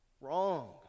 Wrong